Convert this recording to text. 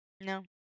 No